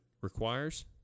requires